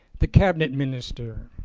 the cabinet minister